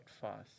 fast